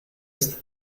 ist